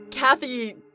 Kathy